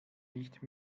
nicht